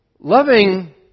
Loving